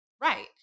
Right